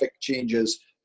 changes